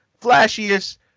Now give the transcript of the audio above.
flashiest